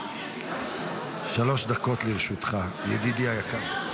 שלוש דקות לרשותך, ידידי היקר.